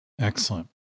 Excellent